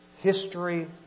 history